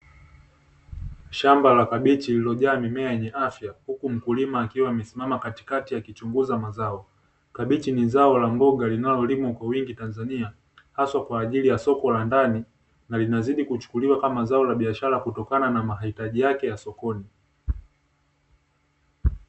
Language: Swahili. Shamba la kabichi lililojaa mimea yenye afya, huku mkulima akiwa amesimama katikati akichunguza mazao. Kabichi ni zao la mboga linalolimwa Kwa wingi Tanzania, haswa kwa ajili ya soko la ndani, na linazidi kuchukuliwa kama zao la biashara kutokana na mahitaji yake ya sokoni.